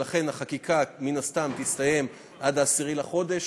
ולכן, החקיקה מן הסתם תסתיים עד 10 בחודש,